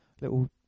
little